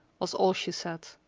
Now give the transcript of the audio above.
was all she said.